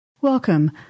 Welcome